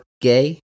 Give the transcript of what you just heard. gay